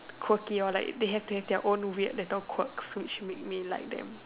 quirky or like they have to have their own weird little quirk which make me like them